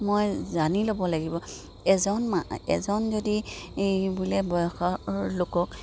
মই জানি ল'ব লাগিব এজন মা এজন যদি বোলে বয়সৰ লোকক